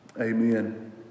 Amen